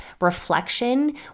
reflection